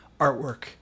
artwork